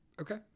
Okay